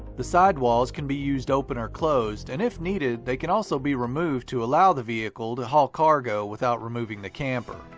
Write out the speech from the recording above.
the side walls can be used open or closed, and if needed, they can also be removed to allow the vehicle to haul cargo without removing the camper.